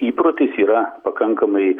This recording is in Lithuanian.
įprotis yra pakankamai